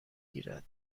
گیرد